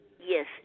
Yes